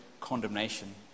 condemnation